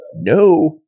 No